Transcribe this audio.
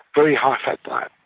very high but